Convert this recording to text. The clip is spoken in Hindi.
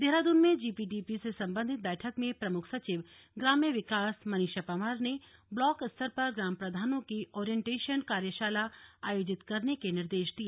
देहरादून में जीपीडीपी से संबंधित बैठक में प्रमुख सचिव ग्राम्य विकास मनीषा पंवार ने ब्लॉक स्तर पर ग्राम प्रधानों की ओरिएंटेशन कार्यशाला आयोजित करने के निर्देश दिए